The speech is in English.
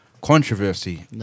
controversy